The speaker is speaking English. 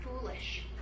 foolish